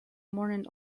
morning